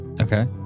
Okay